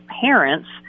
parents